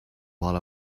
while